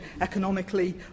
economically